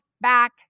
back